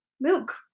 milk